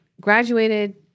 graduated